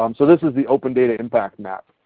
um so this is the open data impact map.